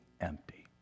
empty